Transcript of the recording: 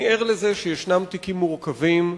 אני ער לזה שיש תיקים מורכבים,